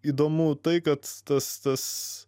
įdomu tai kad tas tas